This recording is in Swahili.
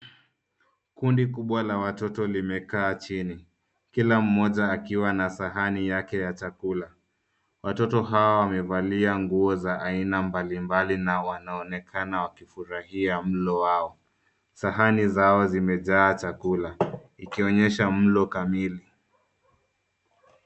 Kundi kubwa la watoto limekaa chini kila mmoja akiwa na sahani yake ya chakula. Watoto hawa wamevalia nguo za aina mbali mbali na wanaonekana wakifurahia mlo wao. Sahani zao zimejaa chakula ikionyesha mlo kamili.